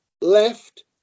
left